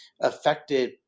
affected